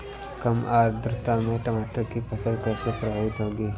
कम आर्द्रता में टमाटर की फसल कैसे प्रभावित होगी?